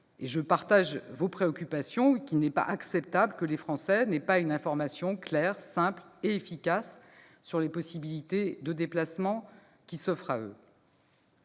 Je partage ici vos préoccupations : il n'est pas acceptable que les Français ne puissent pas bénéficier d'une information claire, simple et efficace sur les possibilités de déplacements qui s'offrent à eux.